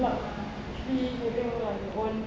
akhlak lah actually even if you have your own